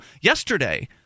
yesterday